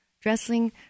dressing